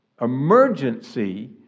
emergency